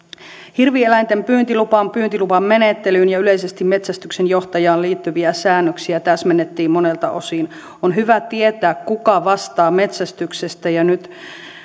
hirvieläinten pyyntilupaan pyyntiluvan menettelyyn ja yleisesti metsästyksen johtajaan liittyviä säännöksiä täsmennettiin monelta osin on hyvä tietää kuka vastaa metsästyksestä ja nyt